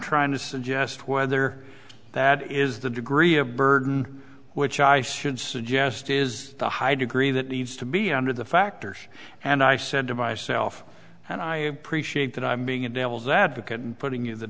trying to suggest whether that is the degree of burden which i should suggest is the high degree that needs to be under the factors and i said to myself and i appreciate that i'm being a devil's advocate and putting in the